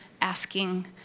asking